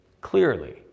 clearly